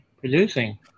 producing